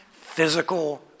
physical